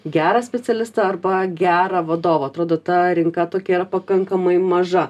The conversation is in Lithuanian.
gerą specialistą arba gerą vadovą atrodo ta rinka tokia yra pakankamai maža